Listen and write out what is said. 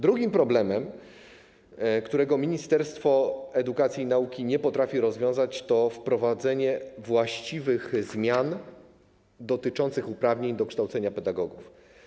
Drugim problemem, którego Ministerstwo Edukacji i Nauki nie potrafi rozwiązać, jest wprowadzenie właściwych zmian dotyczących uprawnień do kształcenia pedagogów.